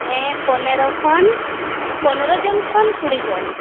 ᱦᱮᱸ ᱯᱚᱱᱮᱨᱚ ᱠᱷᱚᱱ ᱯᱚᱱᱮᱨᱚ ᱡᱚᱱ ᱠᱷᱚᱱ ᱠᱩᱲᱤ ᱡᱚᱱ